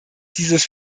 dieses